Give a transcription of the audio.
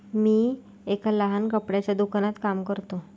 मी एका लहान कपड्याच्या दुकानात काम करतो